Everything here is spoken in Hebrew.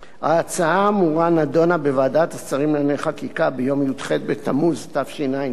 ההצעה האמורה נדונה בוועדת השרים לענייני חקיקה ביום י"ח בתמוז תשע"ב,